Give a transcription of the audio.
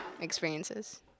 experiences